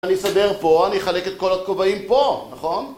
אני אסדר פה, אני אחלק את כל הכובעים פה, נכון?